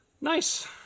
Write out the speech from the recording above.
Nice